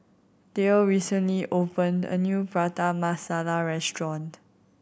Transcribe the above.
Dale recently opened a new Prata Masala restaurant